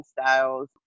styles